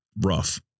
Rough